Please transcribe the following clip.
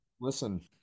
listen